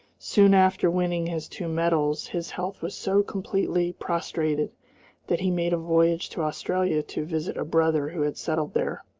soon after winning his two medals his health was so completely prostrated that he made a voyage to australia to visit a brother who had settled there.